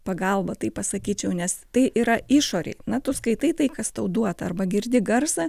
pagalba taip pasakyčiau nes tai yra išorėj na tu skaitai tai kas tau duota arba girdi garsą